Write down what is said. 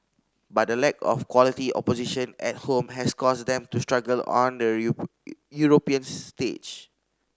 but the lack of quality opposition at home has caused them to struggle on the European stage